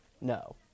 no